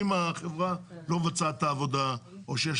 אם החברה לא מבצעת את העבודה או שיש